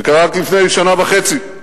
זה קרה רק לפני שנה וחצי.